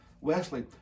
Wesley